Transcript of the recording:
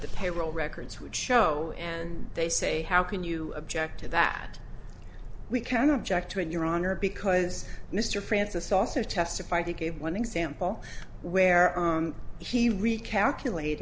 the payroll records would show and they say how can you object to that we can object to your honor because mr francis also testified he gave one example where he recalculate